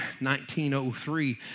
1903